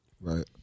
Right